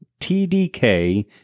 TDK